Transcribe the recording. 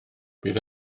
bydd